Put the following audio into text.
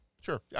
Sure